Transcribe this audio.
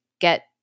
get